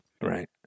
Right